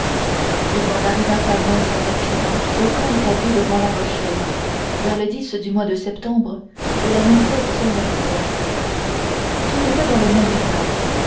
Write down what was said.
il n'en arriva pas moins sans accident au camp établi devant la rochelle vers le du mois de septembre de lan tout était dans le même état